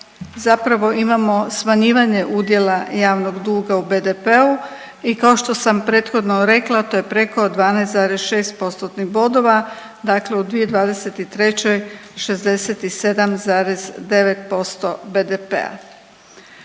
zapravo imamo smanjivanje javnog duga u BDP-u i kao što sam prethodno rekla to je preko 12,6 postotnih bodova dakle u 2023. 67,9% BDP-a.